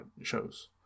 shows